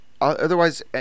otherwise